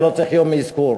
ולא צריך יום אזכור,